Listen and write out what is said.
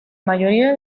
mayoría